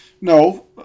No